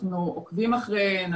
אנחנו עוקבים אחריהן,